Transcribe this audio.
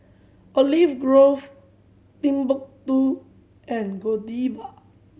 Olive Grove Timbuk Two and Godiva